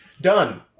Done